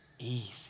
easy